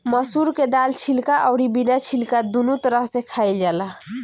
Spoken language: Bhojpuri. मसूर के दाल छिलका अउरी बिना छिलका दूनो तरह से खाइल जाला